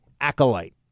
acolyte